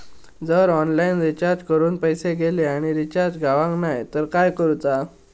जर online recharge करून पैसे गेले आणि रिचार्ज जावक नाय तर काय करूचा?